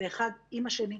זה אחד עם השני.